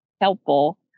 helpful